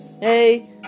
hey